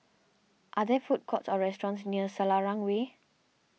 are there food courts or restaurants near Selarang Way